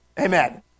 amen